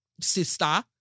sister